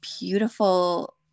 beautiful